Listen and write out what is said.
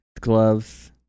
Gloves